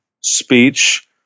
speech